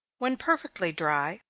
when perfectly dry,